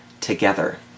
together